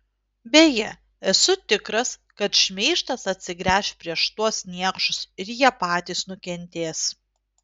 beje esu tikras kad šmeižtas atsigręš prieš tuos niekšus ir jie patys nukentės